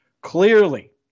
clearly